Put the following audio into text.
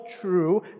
true